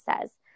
says